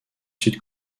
sud